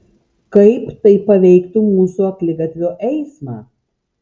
kaip tai paveiktų mūsų akligatvio eismą